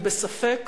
אני בספק,